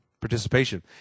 participation